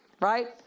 right